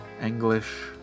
English